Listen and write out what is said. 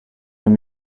him